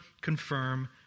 confirm